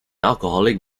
alcoholic